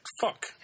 Fuck